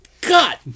God